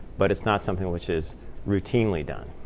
but it's not something which is routinely done.